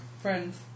friends